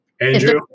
Andrew